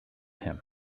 him